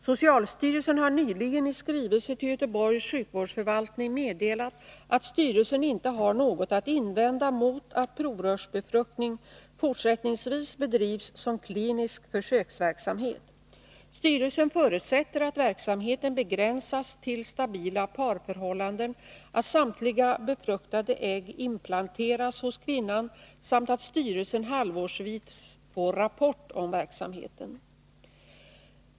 Socialstyrelsen har nyligen i skrivelse till Göteborgs sjukvårdsförvaltning meddelat att styrelsen inte har något att invända mot att provrörsbefruktning fortsättningsvis bedrivs som klinisk försöksverksamhet. Styrelsen förutsätter att verksamheten begränsas till stabila parförhållanden, att samtliga befruktade ägg implanteras hos kvinnan samt att styrelsen halvårsvis får rapport om verksamheten.